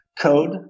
code